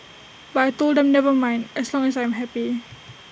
but I Told them never mind as long as I am happy